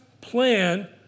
plan